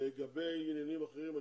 לגבי עניינים אחרים,